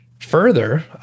Further